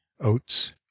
oats